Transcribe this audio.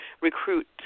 recruit